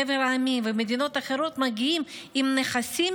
חבר המדינות ומדינות אחרות מגיעים עם נכסים